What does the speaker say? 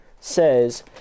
says